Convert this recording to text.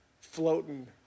Floating